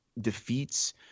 defeats